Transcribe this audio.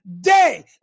day